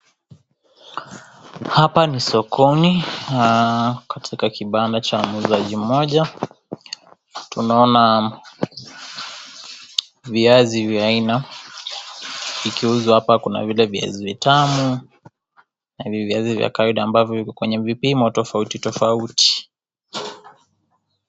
Hapa ni sokoni, katika kibanda cha muuzaji mmoja, tunaona viazi vya aina vikiuzwa hapa, kuna vile viazi vitamu na viazi vya kawaida ambavyo viko kwenye vipimo tofauti tofauti.